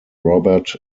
robert